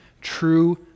true